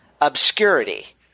obscurity